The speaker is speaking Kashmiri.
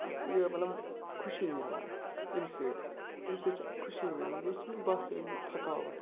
اَکھ یہِ مطلب خوشی مِلان اَمہِ سۭتۍ اَمہِ سۭتۍ چھِ اکھ خوشی مِلان بیٚیہِ چھِنہٕ باسٲنی تھکاوَٹ